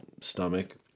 stomach